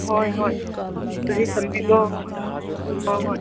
ꯍꯣꯏ ꯍꯣꯏ ꯑꯗꯨꯗꯤ ꯊꯝꯃꯦꯀꯣ ꯍꯣꯏ ꯍꯣꯏ